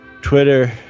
Twitter